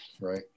right